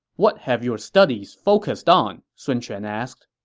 what have your studies focused on? sun quan asked